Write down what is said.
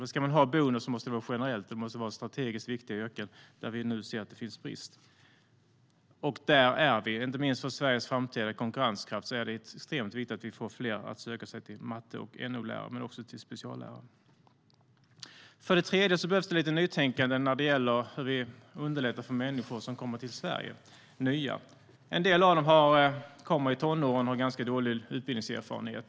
Men ska man ha bonus måste det vara generellt och i strategiskt viktiga yrken där vi nu ser att det finns brist. Inte minst för Sveriges framtida konkurrenskraft är det extremt viktigt att vi får fler att söka sig till utbildningar till matte och NO-lärare men också till speciallärare. För det tredje behövs det lite nytänkande när det gäller hur vi underlättar för människor som kommer till Sverige. En del av dem kommer i tonåren och har ganska dålig utbildningserfarenhet.